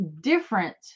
different